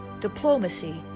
diplomacy